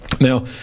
Now